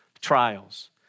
trials